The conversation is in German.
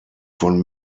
von